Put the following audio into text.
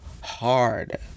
hard